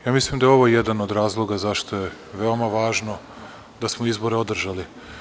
Ja mislim da je ovo jedan od razloga zašto je veoma važno da smo izbore održali.